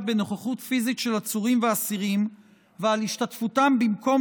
בנוכחות פיזית של עצורים ואסירים ועל השתתפותם במקום